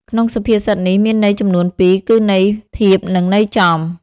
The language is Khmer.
ក្នុងសុភាសិតនេះមានន័យចំនួនពីរគឺន័យធៀបនិងន័យចំ ។